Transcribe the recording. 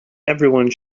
everyone